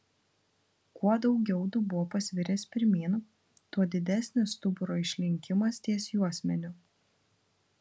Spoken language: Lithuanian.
kuo daugiau dubuo pasviręs pirmyn tuo didesnis stuburo išlinkimas ties juosmeniu